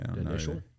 initial